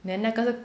then 那个